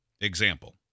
Example